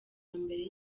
mbere